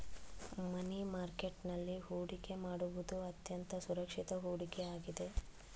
ಮನಿ market ನಲ್ಲಿ ಹೊಡಿಕೆ ಮಾಡುವುದು ಅತ್ಯಂತ ಸುರಕ್ಷಿತ ಹೂಡಿಕೆ ಆಗಿದೆ